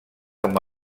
com